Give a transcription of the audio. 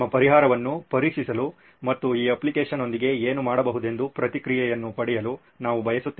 ನೀವು ಪರಿಹಾರವನ್ನು ಪರೀಕ್ಷಿಸಲು ಮತ್ತು ಈ ಅಪ್ಲಿಕೇಶನ್ನೊಂದಿಗೆ ಏನು ಮಾಡಬಹುದೆಂದು ಪ್ರತಿಕ್ರಿಯೆಯನ್ನು ಪಡೆಯಲು ನಾವು ಬಯಸುತ್ತೇವೆ